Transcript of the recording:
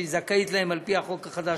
שהיא זכאית להן על פי החוק החדש,